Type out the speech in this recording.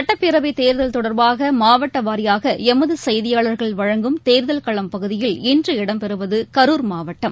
சட்டப்பேரவைத்தேர்தல் தொடர்பாகமாவட்டவாரியாகளமதுசெய்தியாளர்கள் வழங்கும் தேர்தல் களம் பகுதியில் இன்று இடம்பெறுவதுகளூர் மாவட்டம்